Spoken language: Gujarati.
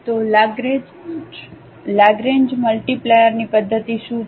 તો લાગરેંજ મલ્ટીપ્લાયરની પદ્ધતિ શું છે